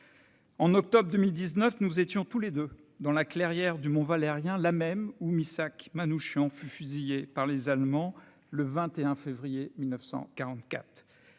En octobre 2019, nous étions tous les deux dans la clairière du Mont-Valérien, là même où Missak Manouchian fut fusillé par les Allemands le 21 février 1944.